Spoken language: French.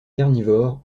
carnivores